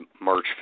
March